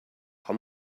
how